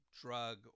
drug